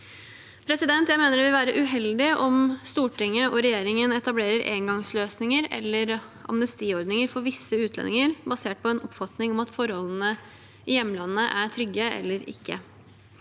måte. Jeg mener det vil være uheldig om Stortinget og regjeringen etablerer engangsløsninger eller amnestiordninger for visse utlendinger basert på en oppfatning om at forholdene i hjemlandet er trygge eller ikke.